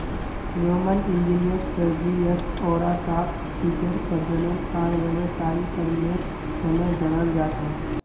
Roman engineer Sergius ओराटाक सीपेर प्रजनन आर व्यावसायीकरनेर तने जनाल जा छे